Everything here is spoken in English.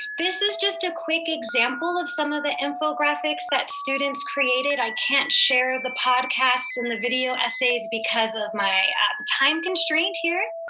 this is just a quick example of some of the infographics that students created. i can't share the podcasts and the video essays, because of my time constraint here.